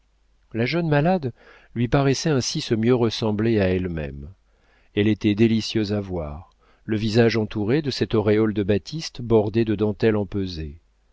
la jeune malade lui paraissait ainsi se mieux ressembler à elle-même elle était délicieuse à voir le visage entouré de cette auréole de batiste bordée de dentelles empesées